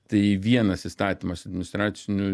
tai vienas įstatymas administracinių